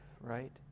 right